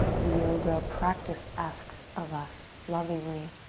the yoga practice asks of us lovingly.